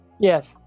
Yes